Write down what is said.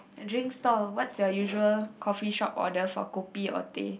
drink stall what's your usual coffee shop order for kopi or teh